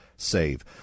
save